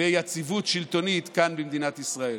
ויציבות שלטונית כאן במדינת ישראל.